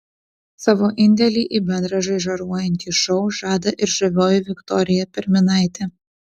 savo indėlį į bendrą žaižaruojantį šou žada ir žavioji viktorija perminaitė